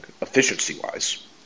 efficiency-wise